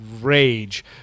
rage